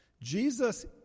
Jesus